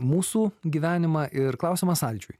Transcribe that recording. mūsų gyvenimą ir klausimas aldžiui